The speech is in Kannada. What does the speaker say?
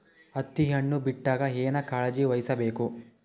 ಹತ್ತಿ ಹಣ್ಣು ಬಿಟ್ಟಾಗ ಏನ ಕಾಳಜಿ ವಹಿಸ ಬೇಕು?